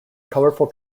colourful